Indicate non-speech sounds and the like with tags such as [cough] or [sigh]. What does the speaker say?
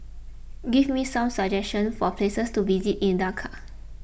give me some suggestions for places to visit in Dakar [noise]